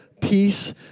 peace